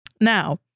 Now